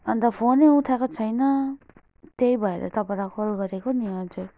अन्त फोनै उठाएको छैन त्यही भएर तपाईँलाई कल गरेको नि हजुर